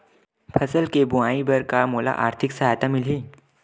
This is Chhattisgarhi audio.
फसल के बोआई बर का मोला आर्थिक सहायता मिलही?